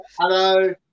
Hello